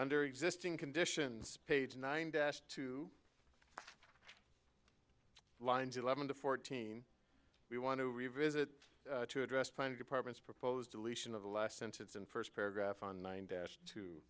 under existing conditions page nine dash two lines eleven to fourteen we want to revisit to address plenty departments proposed deletion of the last sentence and first paragraph on nine dash t